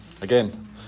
Again